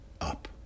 up